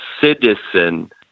citizen